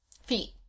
Feet